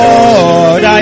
Lord